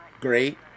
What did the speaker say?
Great